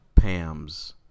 PAMs